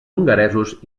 hongaresos